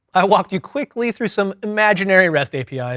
i'll walked you quickly through some imaginary rest apis,